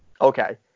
Okay